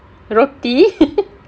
roti